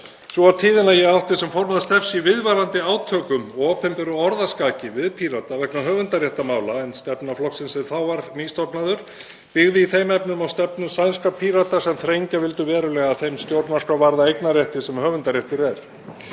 var tíðin að ég átti sem formaður STEF í viðvarandi átökum og opinberu orðaskaki við Pírata vegna höfundaréttarmála, en stefna flokksins, sem þá var nýstofnaður, byggði í þeim efnum á stefnu sænskra Pírata sem þrengja vildu verulega að þeim stjórnarskrárvarða eignarrétti sem höfundaréttur er.